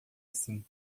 assim